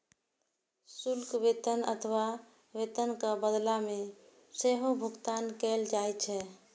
शुल्क वेतन अथवा वेतनक बदला मे सेहो भुगतान कैल जाइ छै